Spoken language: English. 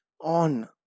on